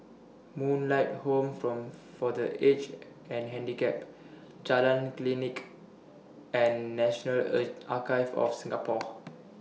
Moonlight Home from For The Aged and Handicapped Jalan Klinik and National A Archives of Singapore